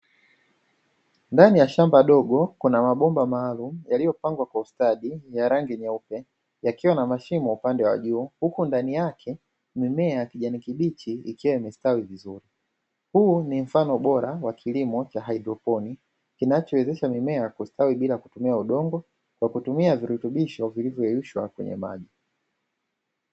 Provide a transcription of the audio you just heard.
Ndani ya shamba dogo, kuna mabomba maalumu yaliyopangwa kwa ustadi, ya rangi nyeupe, yakiwa na mashimo upande wa juu, huku ndani yake mimea ya kijani kibichi ikiwa imestawi vizuri. Huu ni mfano bora wa kilimo cha haidroponi, kinachowezesha mimea kustawi bila kutumia udongo kwa kutumia virutubisho vilivyoyeyushwa kwenye maji.